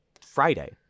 Friday